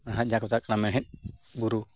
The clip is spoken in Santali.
ᱵᱟᱠᱷᱟᱡ ᱡᱟᱦᱟᱸ ᱠᱚ ᱪᱟᱞᱟᱜ ᱠᱟᱱᱟ ᱢᱮᱬᱦᱮᱫ ᱵᱩᱨᱩ